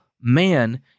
man